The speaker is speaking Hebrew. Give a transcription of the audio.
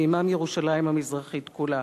ועמם ירושלים המזרחית כולה.